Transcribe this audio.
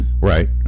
Right